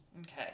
okay